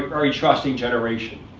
very trusting generation,